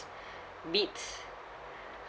Beats